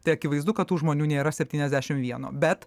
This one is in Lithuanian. tai akivaizdu kad tų žmonių nėra septyniasdešimt vieno bet